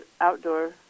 outdoor